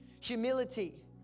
Humility